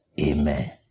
Amen